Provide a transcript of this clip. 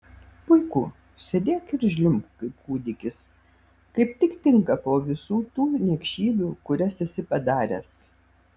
puiku sėdėk ir žliumbk kaip kūdikis kaip tik tinka po visų tų niekšybių kurias esi padaręs